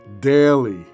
daily